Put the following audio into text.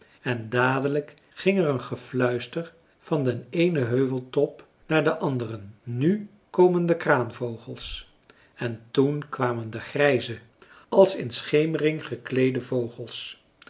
en dadelijk ging er een gefluister van den eenen heuveltop naar den anderen nu komen de kraanvogels en toen kwamen de grijze als in schemering gekleede vogels